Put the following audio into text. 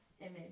image